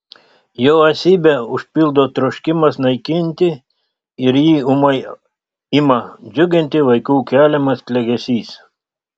jo esybę užpildo troškimas naikinti ir jį ūmai ima džiuginti vaikų keliamas klegesys